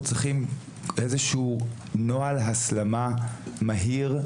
אנחנו צריכים איזשהו נוהל הסלמה מהיר,